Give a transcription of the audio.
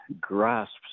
grasps